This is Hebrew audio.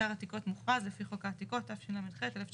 אתר עתיקות מוכרז לפי חוק העתיקות, התשל"ח-1978.